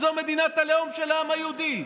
וזאת מדינת הלאום של העם היהודי.